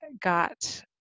got